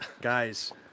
guys